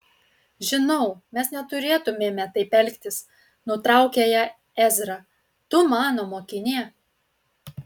žinau mes neturėtumėme taip elgtis nutraukė ją ezra tu mano mokinė